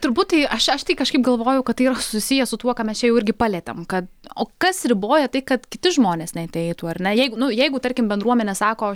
turbūt tai aš aš tai kažkaip galvoju kad tai yra susiję su tuo ką mes čia jau irgi palietėme kad o kas riboja tai kad kiti žmonės neateitų ar ne jei nu jeigu tarkim bendruomenė sako